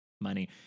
money